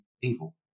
evil